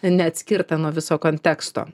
neatskirtą nuo viso konteksto